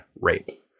Rape